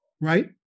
right